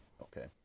Okay